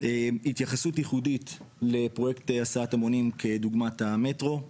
התייחסות ייחודית לפרויקט הסעת המונים כדוגמת המטרו.